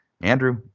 Andrew